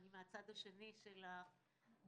אני מהצד השני של השולחן,